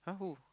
!huh! who